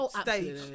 stage